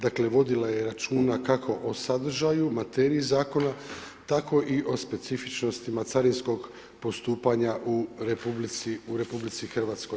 Dakle vodila je računa kako o sadržaju, materiji zakona tako i o specifičnostima carinskog postupanja u RH.